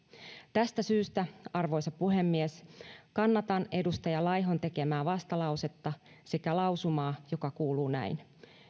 tästä syystä arvoisa puhemies kannatan edustaja laihon tekemää vastalausetta sekä lausumaa joka kuuluu näin